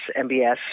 MBS